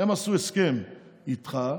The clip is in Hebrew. הם עשו הסכם איתך,